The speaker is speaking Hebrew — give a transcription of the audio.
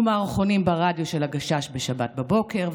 ומערכונים של הגשש ברדיו בשבת בבוקר,